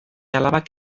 alabak